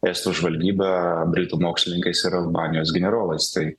estų žvalgyba britų mokslininkais ir albanijos generolais tai